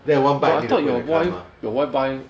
then have one bike I leave in the car mah